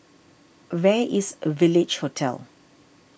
where is a Village Hotel